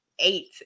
eight